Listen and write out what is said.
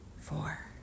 four